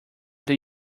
that